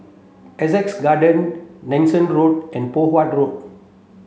Sussex Garden Nanson Road and Poh Huat Road